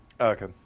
Okay